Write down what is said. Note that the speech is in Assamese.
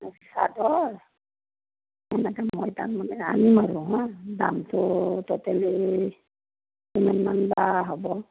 চাদৰ এনেকৈ মই যাম মানে আনিম আৰু হা দামটো তাতে লৈ কিমানমান বা হ'ব